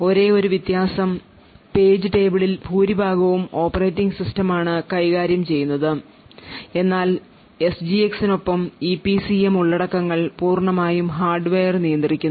ഒരേയൊരു വ്യത്യാസം page table ൽ ഭൂരിഭാഗവും ഓപ്പറേറ്റിംഗ് സിസ്റ്റമാണ് കൈകാര്യം ചെയ്യുന്നത് എന്നാൽ എസ്ജിഎക്സിനൊപ്പം ഇപിസിഎം ഉള്ളടക്കങ്ങൾ പൂർണ്ണമായും ഹാർഡ്വെയർ നിയന്ത്രിക്കുന്നു